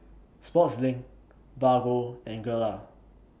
Sportslink Bargo and Gelare